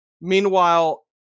meanwhile